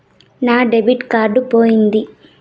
నా debit card పోయింది